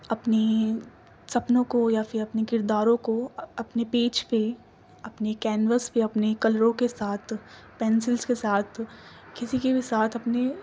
اپنی سپنوں کو یا پھر اپنے کرداروں کو اپنے پیج پہ اپنے کینوس پہ اپنے کلروں کے ساتھ پنسلس کے ساتھ کسی کے بھی ساتھ اپنے